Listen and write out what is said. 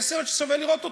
יהיה סרט ששווה לראות.